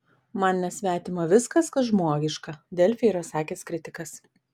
man nesvetima viskas kas žmogiška delfi yra sakęs kritikas